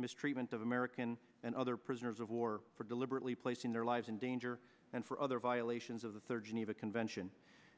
mistreatment of american and other prisoners of war for deliberately placing their lives in danger and for other violations of the third geneva convention